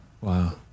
Wow